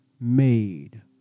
made